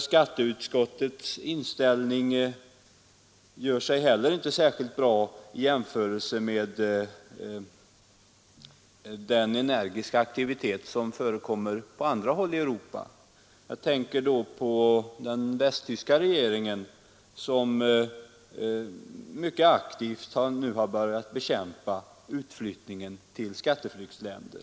Skatteutskottets inställning framstår inte heller särskilt fördelaktigt i jämförelse med den energiska aktivitet som förekommer på andra håll i Europa. Jag tänker då på den västtyska regeringen, som mycket aktivt nu har börjat bekämpa utflyttningen till skatteflyktsländer.